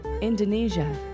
Indonesia